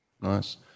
Nice